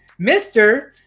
Mr